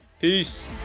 peace